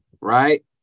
Right